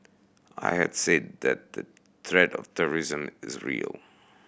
I had said that the threat of terrorism is real